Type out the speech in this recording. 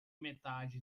metade